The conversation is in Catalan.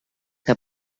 que